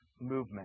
movement